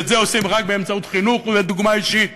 ואת זה עושים רק באמצעות חינוך ודוגמה אישית.